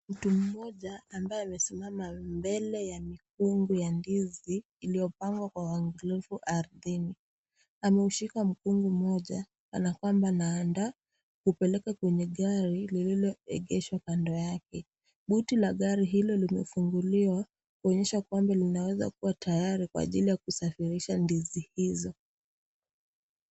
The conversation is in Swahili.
Mtu mmoja ambaye amesimama mbele ya mikungu ya ndizi iliyopangwa kwa uangalifu ardhini, ameushika mkungu mmoja kana kwamba anaanda kupeleka kwenye gari lililoegeshwa kando yake, buti la gari hilo limefunguliwa kuonyesha kwamba linaweza kuwa tayari kwa ajili ya kusafirisha ndizi hizo.